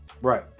Right